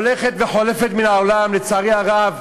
הולכת וחולפת מן העולם, לצערי הרב.